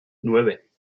nueve